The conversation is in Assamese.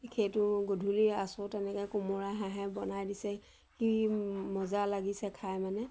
সেইটো গধূলি আছোঁ তেনেকৈ কোমোৰা হাঁহে বনাই দিছে কি মজা লাগিছে খাই মানে